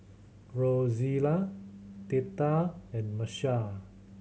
Rozella Theta and Marshall